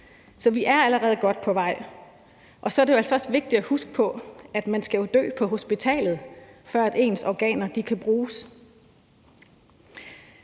så vi er allerede godt på vej. Og så er det jo altså også vigtigt at huske på, at man skal dø på hospitalet, før ens organer kan bruges.